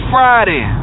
Friday